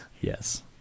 Yes